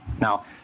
Now